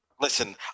Listen